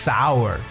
Sour